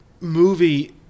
movie